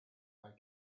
and